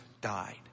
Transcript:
died